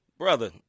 Brother